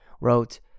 wrote